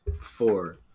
four